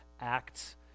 Acts